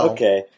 Okay